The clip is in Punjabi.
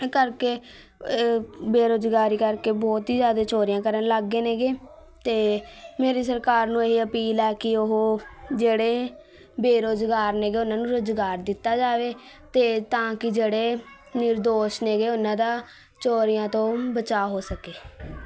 ਕਰਕੇ ਬੇਰੁਜ਼ਗਾਰੀ ਕਰਕੇ ਬਹੁਤ ਹੀ ਜ਼ਿਆਦਾ ਚੋਰੀਆਂ ਕਰਨ ਲੱਗ ਗਏ ਨੇਗੇ ਅਤੇ ਮੇਰੀ ਸਰਕਾਰ ਨੂੰ ਇਹ ਅਪੀਲ ਹੈ ਕਿ ਉਹ ਜਿਹੜੇ ਬੇਰੁਜ਼ਗਾਰ ਨੇਗੇ ਉਹਨਾਂ ਨੂੰ ਰੁਜ਼ਗਾਰ ਦਿੱਤਾ ਜਾਵੇ ਅਤੇ ਤਾਂ ਕਿ ਜਿਹੜੇ ਨਿਰਦੋੋਸ਼ ਨੇਗੇ ਉਹਨਾਂ ਦਾ ਚੋਰੀਆਂ ਤੋਂ ਬਚਾ ਹੋ ਸਕੇ